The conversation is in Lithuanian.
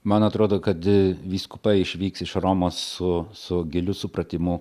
man atrodo kad vyskupai išvyks iš romos su su giliu supratimu